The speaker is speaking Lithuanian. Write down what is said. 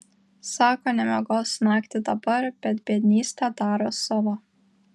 sako nemiegos naktį dabar bet biednystė daro savo